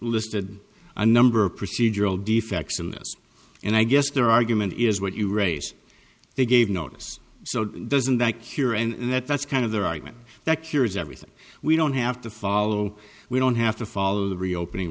listed a number of procedural defects in this and i guess their argument is what you raise they gave notice so doesn't that cure and that's kind of their argument that cures everything we don't have to follow we don't have to follow the reopening